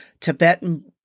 Tibetan